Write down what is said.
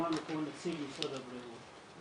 שמענו פה נציג משרד הבריאות,